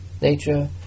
nature